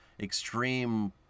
extreme